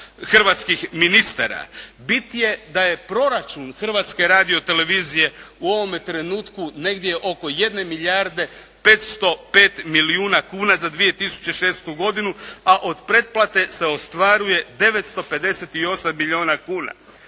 hrvatskih ministara. Bit je da je proračun Hrvatske radiotelevizije u ovome trenutku negdje oko 1 milijarde 505 milijuna kuna za 2006. godinu, a od pretplate se ostvaruje 958 milijuna kuna.